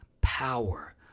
power